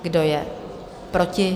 Kdo je proti?